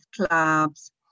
clubs